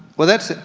well that's,